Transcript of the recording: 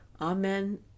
Amen